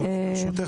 ברשותך,